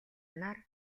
нар